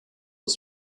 was